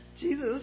Jesus